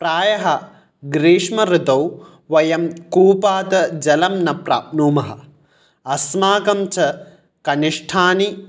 प्रायः ग्रीष्म ऋतौ वयं कूपात् जलं न प्राप्नुमः अस्माकं च कनिष्ठानि